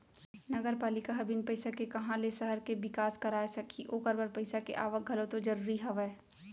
नगरपालिका ह बिन पइसा के काँहा ले सहर के बिकास कराय सकही ओखर बर पइसा के आवक घलौ तो जरूरी हवय